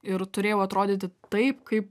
ir turėjau atrodyti taip kaip